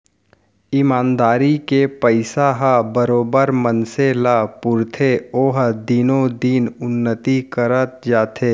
ईमानदारी के पइसा ह बरोबर मनसे ल पुरथे ओहा दिनो दिन उन्नति करत जाथे